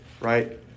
right